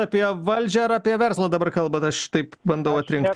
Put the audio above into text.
apie valdžią ar apie verslą dabar kalbat aš taip bandau atrinkt